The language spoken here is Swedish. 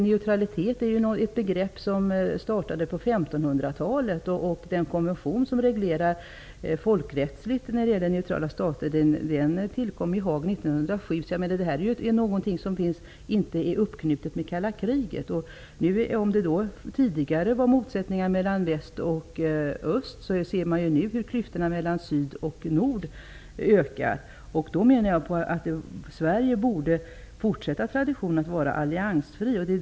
Neutralitet är ett begrepp som uppkom på 1500 talet, och konventionen som reglerar det folkrättsliga i neutrala stater tillkom i Haag 1907. Så detta är inte någonting som är uppknutet till kalla kriget. Om det tidigare fanns motsättningar mellan väst och öst ser man nu hur klyftorna mellan syd och nord ökar. Sverige borde fortsätta traditionen att vara alliansfritt.